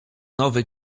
nowy